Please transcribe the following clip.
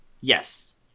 yes